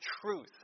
truth